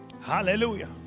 Hallelujah